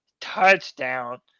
Touchdown